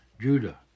Judah